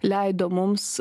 leido mums